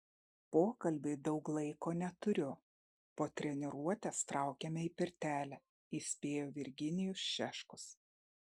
pokalbiui daug laiko neturiu po treniruotės traukiame į pirtelę įspėjo virginijus šeškus